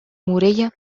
morella